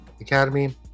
academy